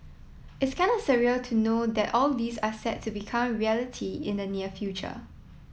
it's kinda surreal to know that all this are set to become reality in the near future